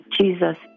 Jesus